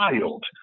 child